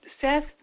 Seth